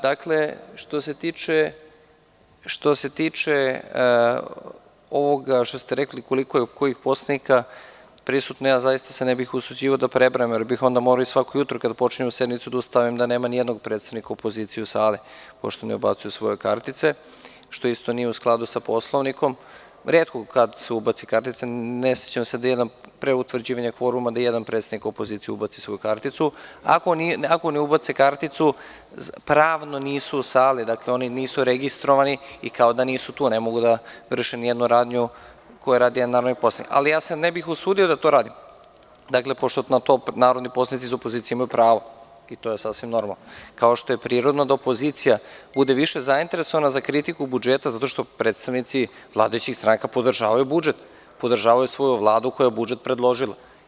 Dakle, što se tiče ovoga što ste rekli koliko je od kojih poslanika prisutno, zaista se ne bih usuđivao da prebrajam, jer bih onda morao i svako jutro kada počinje sednica, da ustanovim da nema nijednog predstavnika opozicije u sali, pošto ne ubacuju svoje kartice, što isto nije u skladu sa Poslovnikom, retko kad se ubaci kartica, ne sećam se da je pre utvrđivanja kvoruma, da ijedan predstavnik opozicije ubaci svoju karticu, pravno nisu u sali, oni nisu registrovani i kao da nisu tu, a ne mogu da vrše nijednu radnju koju radi jedan narodni poslanik, ali ja se ne bih usudio da to radim, pošto na to narodni poslanici iz opozicije imaju pravo i to je sasvim normalno, kao što je prirodno da opozicija bude više zainteresovana za kritiku budžeta, zato što predstavnici vladajućih stranaka podržavaju budžet, podržavaju Vladu koja je budžet predložila.